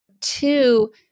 Two